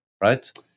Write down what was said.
right